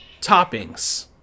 toppings